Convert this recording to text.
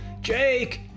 Jake